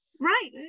Right